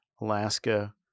Alaska